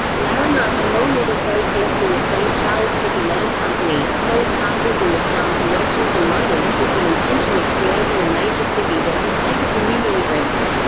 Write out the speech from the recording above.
larimer, along with associates in the st. charles city land company, sold parcels in the town to merchants and miners, with the intention of creating a major city that would cater to new immigrants.